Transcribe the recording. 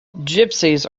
gypsies